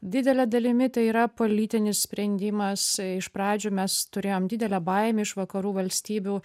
didele dalimi tai yra politinis sprendimas iš pradžių mes turėjom didelę baimę iš vakarų valstybių